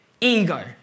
Ego